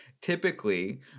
Typically